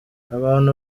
abantu